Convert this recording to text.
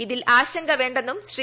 ഇതിൽ ആശങ്ക വേണ്ടെന്നും ശ്രീ